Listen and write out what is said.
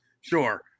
sure